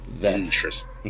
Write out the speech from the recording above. Interesting